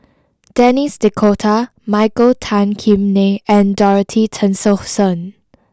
Denis D'Cotta Michael Tan Kim Nei and Dorothy Tessensohn